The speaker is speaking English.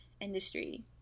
industry